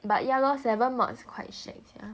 but ya lor seven module quite shag sia